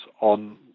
on